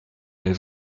les